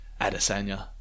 Adesanya